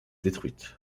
détruite